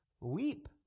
weep